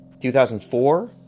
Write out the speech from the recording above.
2004